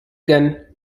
gun